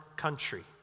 country